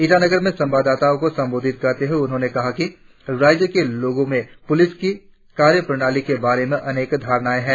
ईटानगर में संवाददाताओ को संबोधित करते हुए उन्होंने कहा कि राज्य के लोगो में पुलिस की कार्यप्रणाली के बारे में अनेक धारणाए है